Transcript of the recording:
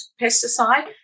pesticide